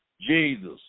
Jesus